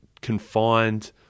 confined